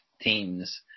teams